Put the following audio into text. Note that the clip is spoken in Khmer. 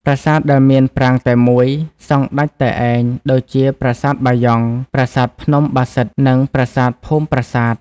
ប្រាសាទដែលមានប្រាង្គតែមួយ សង់ដាច់តែឯង ដូចជាប្រាសាទបាយ៉ង់ ប្រាសាទភ្នំបាសិទ្ធ និងប្រាសាទភូមិប្រាសាទ។